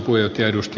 arvoisa puhemies